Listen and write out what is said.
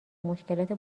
مشکلات